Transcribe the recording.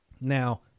now